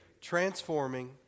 transforming